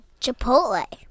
Chipotle